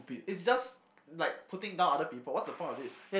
it's just like putting down other people what's the point of this